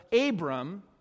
Abram